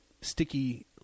sticky